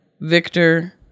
Victor